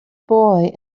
boy